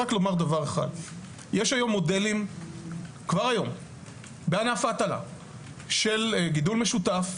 יש היום מודלים בענף ההטלה של גידול משותף,